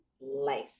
Life